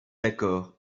d’accord